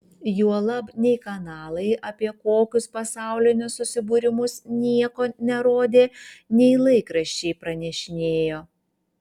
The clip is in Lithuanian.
juolab nei kanalai apie kokius pasaulinius susibūrimus nieko nerodė nei laikraščiai pranešinėjo